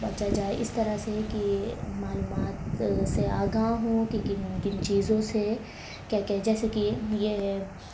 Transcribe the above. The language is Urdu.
بچا جائے اس طرح سے کہ معلومات سے آگاہ ہوں کہ کن کن چیزوں سے کیا کیا جیسے کہ یہ ہے